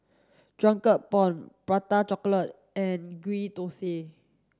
Drunken prawn Prata chocolate and ghee Thosai